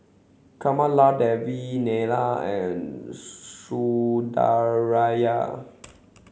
Kamaladevi Neila and Sundaraiah